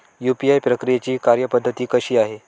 UPI प्रक्रियेची कार्यपद्धती कशी आहे?